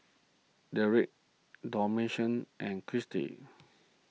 Dedric Damasion and Kristy